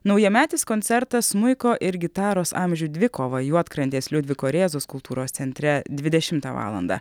naujametis koncertas smuiko ir gitaros amžių dvikova juodkrantės liudviko rėzos kultūros centre dvidešimtą valandą